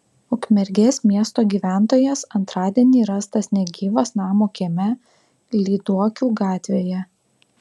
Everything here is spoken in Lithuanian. ukmergės miesto gyventojas antradienį rastas negyvas namo kieme lyduokių gatvėje